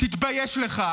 תתבייש לך.